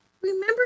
remember